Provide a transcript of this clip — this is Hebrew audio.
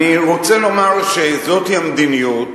אני רוצה לומר שזאת המדיניות,